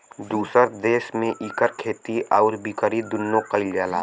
दुसर देस में इकर खेती आउर बिकरी दुन्नो कइल जाला